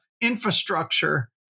infrastructure